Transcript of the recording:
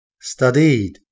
Studied